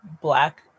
black